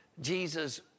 Jesus